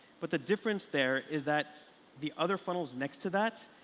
but the difference there is that the other funnels next to that,